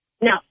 No